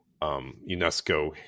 UNESCO